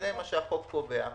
זה מה שהחוק קובע.